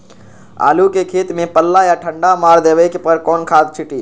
आलू के खेत में पल्ला या ठंडा मार देवे पर कौन खाद छींटी?